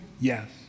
Yes